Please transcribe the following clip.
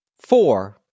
four